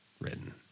written